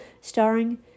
starring